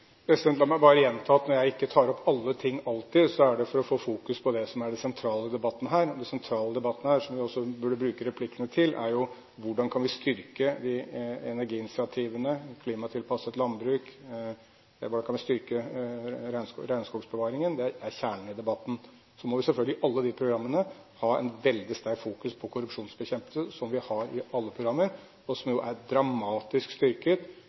meg bare gjenta at når jeg ikke tar opp alle ting alltid, er det for å få fokus på det som er det sentrale i debatten er. Det sentrale i debatten her, som vi også burde bruke replikkene til, er: Hvordan kan vi styrke energiinitiativene, klimatilpasset landbruk, regnskogsbevaringen? Dette er kjernen i debatten. Så må vi selvfølgelig i alle disse programmene ha et veldig sterkt fokus på korrupsjonsbekjempelse, som vi har i alle programmer, og som jo er dramatisk